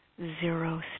zero